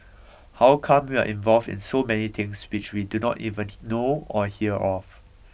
how come we are involved in so many things which we do not even know or hear of